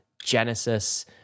Genesis